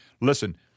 Listen